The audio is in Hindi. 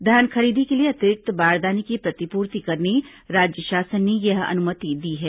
धान खरीदी के लिए अतिरिक्त बारदाने की प्रतिपूर्ति करने राज्य शासन ने यह अनुमति दी है